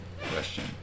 question